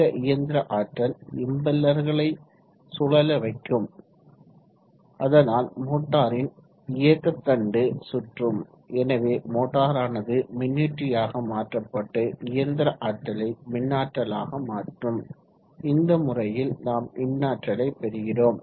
இந்த இயந்திர ஆற்றல் இம்பெல்லர்களை சுழல வைக்கும் அதனால் மோட்டாரின் இயக்க தண்டு சுற்றும் எனவே மோட்டாரானது மின்னியற்றியாக மாற்றப்பட்டு இயந்திர ஆற்றலை மின்னாற்றலாக மாற்றும் இந்த முறையில் நாம் மின்னாற்றலை பெறுகிறோம்